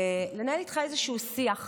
לנהל איתך איזשהו שיח,